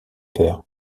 peur